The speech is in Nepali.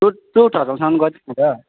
टु टु थाउजेन्डसम्म गर्दिनु नि त